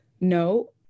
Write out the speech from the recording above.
No